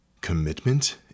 Commitment